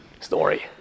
story